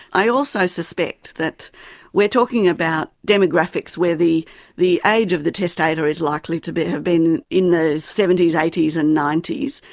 i also suspect that we're talking about demographics where the the age of the testator is likely to have been in the seventy s, eighty s and ninety s,